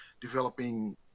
developing